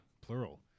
plural